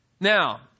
Now